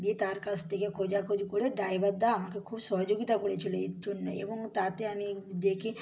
দিয়ে তার কাছ থেকে খোঁজা খোঁজি করে ড্ৰাইভারদা আমাকে খুব সহযোগিতা করেছিলো এর জন্যই এবং তাতে আমি দেখি